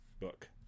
book